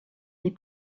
les